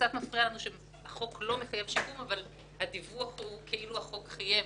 קצת מפריע לנו שהחוק לא מקיים שיקום אבל הדיווח הוא כאילו החוק חייב.